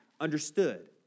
understood